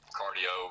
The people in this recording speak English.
cardio